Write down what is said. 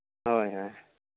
ᱦᱳᱭ ᱦᱳᱭ